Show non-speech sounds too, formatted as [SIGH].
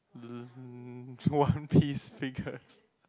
[NOISE] one piece figure